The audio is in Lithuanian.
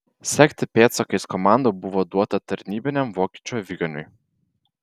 sekti pėdsakais komanda buvo duota tarnybiniam vokiečių aviganiui